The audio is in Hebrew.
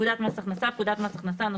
"פקודת מס הכנסה" - פקודת מס הכנסה ;